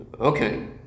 Okay